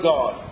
God